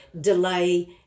delay